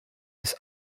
his